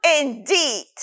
indeed